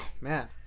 Man